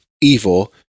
evil